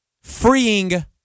freeing